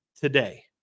today